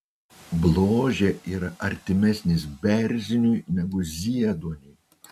bložė yra artimesnis berziniui negu zieduoniui